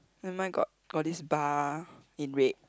then mine got got this bar in red